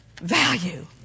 value